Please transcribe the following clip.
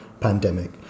pandemic